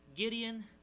Gideon